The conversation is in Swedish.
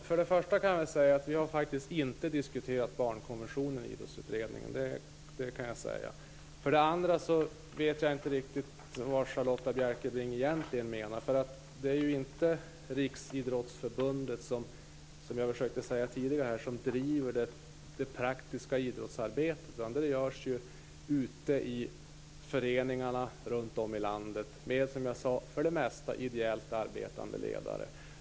Fru talman! För det första har vi inte diskuterat barnkonventionen i Idrottsutredningen. För det andra vet jag inte riktigt vad Charlotta Bjälkebring egentligen menar. Det är inte Riksidrottsförbundet som driver det praktiska idrottsarbetet. Det görs ute i föreningarna runt om i landet med hjälp av, för det mesta, ideellt arbetande ledare.